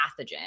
pathogen